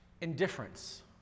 indifference